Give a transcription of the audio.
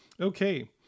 Okay